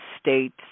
states